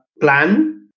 Plan